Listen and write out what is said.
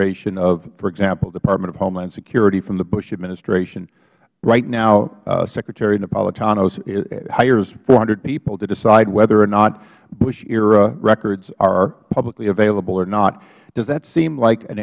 ration of for example department of homeland security from the bush administration right now secretary napolitano hires four hundred people to decide whether or not bush era records are publicly available or not does that seem like an